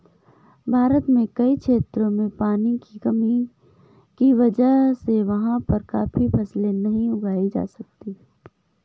भारत के कई क्षेत्रों में पानी की कमी की वजह से वहाँ पर काफी फसलें नहीं उगाई जा सकती